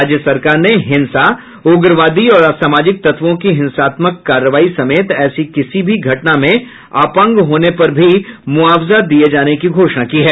राज्य सरकार ने हिंसा उग्रवादी और असामाजिक तत्वों की हिंसात्मक कार्रवाई समेत ऐसे किसी भी घटना में अपंग होने पर भी मुआवजा दिये जाने की घोषणा की है